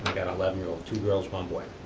eleven year old, two girls, one boy.